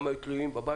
הם היו תלויים בבנקים.